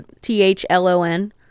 T-H-L-O-N